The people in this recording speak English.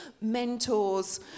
mentors